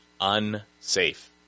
unsafe